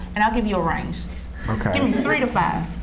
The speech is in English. and i'll give you a range. give me three to five